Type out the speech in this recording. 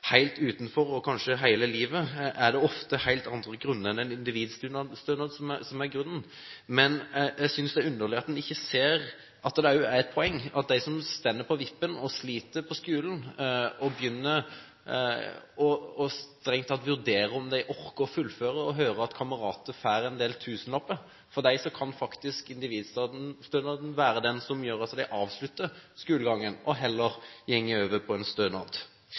helt utenfor – kanskje hele livet – er det ofte helt andre grunner enn en individstønad som er grunnen. Men jeg synes det er underlig at man ikke ser at det er et poeng at for dem som står på vippen og sliter på skolen, som strengt tatt vurderer om de orker å fullføre, og som hører at kamerater får en del tusenlapper, kan faktisk individstønaden være det som gjør at de avslutter skolegangen og heller går over på stønad. Jeg synes det absolutt er en